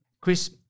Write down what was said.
Chris